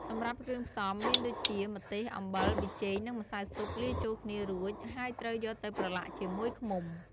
សម្រាប់គ្រឿងផ្សំមានដូចជា ម្ទេស អំបិល ប៊ីចេង និងម្សៅស៊ុប លាយចូលគ្នារួច ហើយត្រូវយកទៅប្រឡាក់ជាមួយឃ្មុំ។